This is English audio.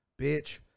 bitch